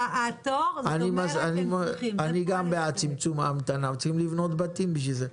אני גם בעד צמצום ההמתנה אבל צריך לבנות בתים בשביל זה.